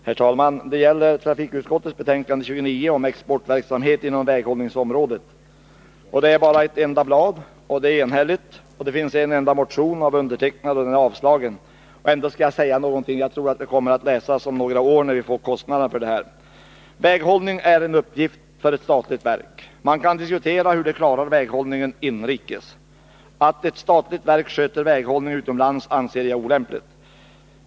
Herr talman! Denna debatt gäller trafikutskottets betänkande 29 om exportverksamhet inom väghållningsområdet. Betänkandet består bara av ett enda blad från ett enhälligt utskott. I betänkandet behandlas en enda motion, som har väckts av mig och som har avstyrkts av utskottet. Ändå skall jag säga några ord om detta ärende. Jag tror att de kommer att läsas om några år, när vi vet kostnaderna för denna verksamhet. Väghållning är en uppgift för ett statligt verk. Man kan diskutera hur verket klarar väghållningen inrikes. Att ett statligt verk sköter väghållningen utomlands anser jag olämpligt.